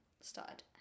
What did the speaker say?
started